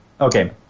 Okay